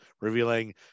revealing